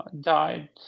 died